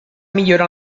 millora